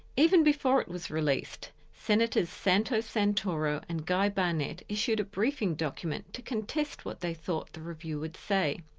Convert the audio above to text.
even before it was released senators santo santoro and guy barnett issued a briefing document to contest what they thought the review would say.